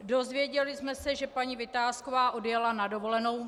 Dozvěděli jsme se, že paní Vitásková odjela na dovolenou.